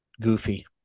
Goofy